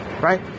right